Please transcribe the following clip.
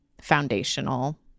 foundational